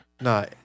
No